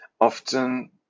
often